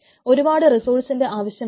ഒരുപാട് റിസോഴ്സ്ന്റെ ആവശ്യം വരും